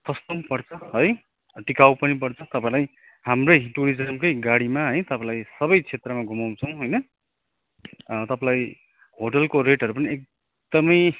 सस्तो पनि पर्छ है टिकाउ पनि पर्छ तपाईँलाई हाम्रै टुरिज्मकै गाडीमा है तपाईँलाई सबै क्षेत्रमा घुमाउँछौँ होइन तपाईँलाई होटलको रेटहरू पनि एकदमै